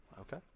okay